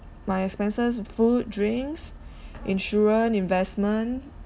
my expenses food drinks insurance investment